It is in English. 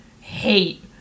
hate